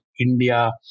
India